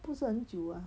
不是很久啊